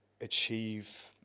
achieve